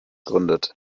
gründet